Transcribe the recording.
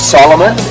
Solomon